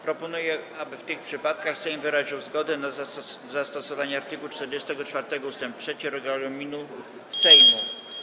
Proponuję, aby w tych przypadkach Sejm wyraził zgodę na zastosowanie art. 44 ust. 3 regulaminu Sejmu.